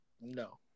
No